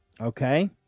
Okay